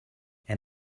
and